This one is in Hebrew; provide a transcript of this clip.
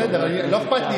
זה בסדר, לא אכפת לי.